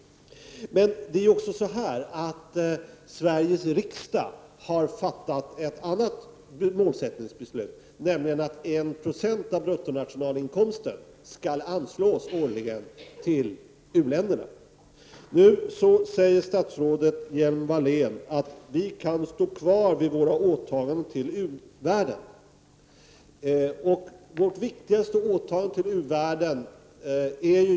Sveriges riksdag har emellertid fattat ett annat målsättningsbeslut, nämligen att 1 70 bruttonationalinkomsten årligen skall anslås till u-länderna. Nu säger statsrådet Hjelm-Wallén att vi kan stå fast vid våra åtaganden i förhållande till u-världen.